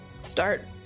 start